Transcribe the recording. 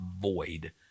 void